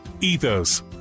Ethos